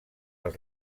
els